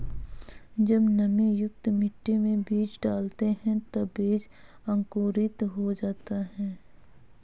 जब नमीयुक्त मिट्टी में बीज डालते हैं तब बीज अंकुरित हो जाता है